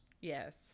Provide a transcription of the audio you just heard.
Yes